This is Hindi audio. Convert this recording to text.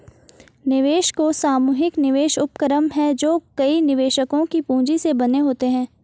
निवेश कोष सामूहिक निवेश उपक्रम हैं जो कई निवेशकों की पूंजी से बने होते हैं